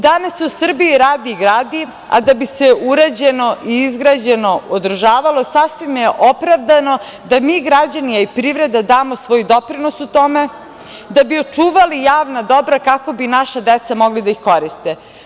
Danas se u Srbiji radi i gradi, a da bi se urađeno i izgrađeno održavalo, sasvim je opravdano da mi građani, a i privreda damo svoj doprinos u tome da bi očuvali javna dobra kako bi naša deca magla da ih koriste.